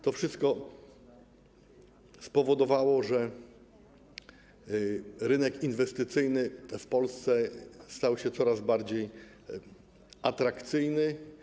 To wszystko spowodowało, że rynek inwestycyjny w Polsce stał się bardziej atrakcyjny.